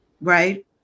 right